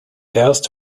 erst